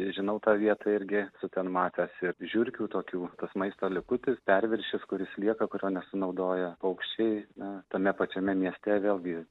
žinau tą vietą irgi esu ten matęs ir žiurkių tokių tas maisto likutis perviršis kuris lieka kurio nesunaudoja paukščiai na tame pačiame mieste vėlgi